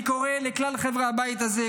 אני קורא לכלל חברי הבית הזה,